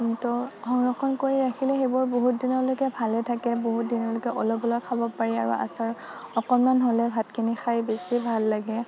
সংৰক্ষণ কৰি ৰাখিলে সেইবোৰ বহুত দিনলৈকে ভালে থাকে বহুত দিনলৈকে অলপ অলপ খাব পাৰি আৰু আচাৰ অকণমান হ'লেই ভাতখিনি খাই বেছি ভাল লাগে